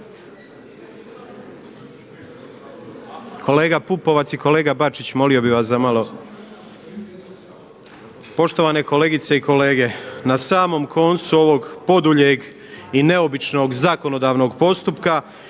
Kolega Pupovac i kolega Bačić molio bih vas za malo. Poštovane kolegice i kolege. Na samom koncu ovog poduljeg i neobičnog zakonodavnog postupka